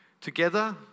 Together